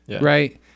right